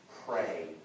pray